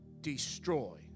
destroy